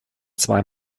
zwei